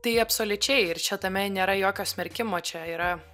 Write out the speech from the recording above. tai absoliučiai ir čia tame nėra jokio smerkimo čia yra